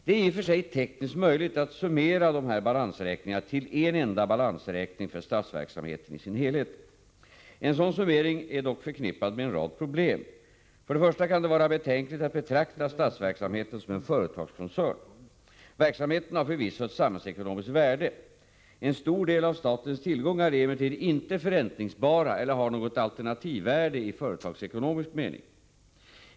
Det är i och för sig tekniskt möjligt att summera dessa balansräkningar till en enda balansräkning för statsverksamheten i dess helhet. En sådan summering är dock förknippad med en rad problem. För det första kan det vara betänkligt att betrakta statsverksamheten som en företagskoncern. Verksamheten har förvisso ett samhällsekonomiskt värde. En stor del av statens tillgångar är emellertid inte förräntningsbara eller har inte något alternativvärde i företagsekonomisk mening.